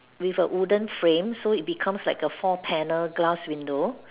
with a wooden frame so it becomes like a four panel glass window